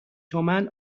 تومن